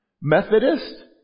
Methodist